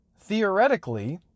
theoretically